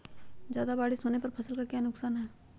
ज्यादा बारिस होने पर फसल का क्या नुकसान है?